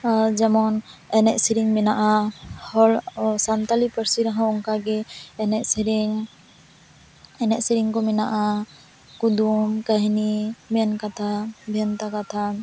ᱡᱮᱢᱚᱱ ᱮᱱᱮᱡ ᱥᱮᱨᱮᱧ ᱢᱤᱱᱟᱜᱼᱟ ᱦᱚᱲ ᱥᱟᱱᱛᱟᱲᱤ ᱯᱟᱹᱨᱥᱤ ᱨᱮᱦᱚᱸ ᱚᱱᱠᱟᱜᱮ ᱮᱱᱮᱡ ᱥᱮᱨᱮᱧ ᱮᱱᱮᱡ ᱥᱮᱨᱮᱧ ᱠᱚ ᱢᱮᱱᱟᱜᱼᱟ ᱠᱩᱫᱩᱢ ᱠᱟᱹᱦᱤᱱᱤ ᱢᱮᱱᱠᱟᱛᱷᱟ ᱵᱷᱮᱱᱛᱟ ᱠᱟᱛᱷᱟ